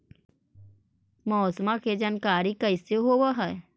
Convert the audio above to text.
मौसमा के जानकारी कैसे होब है?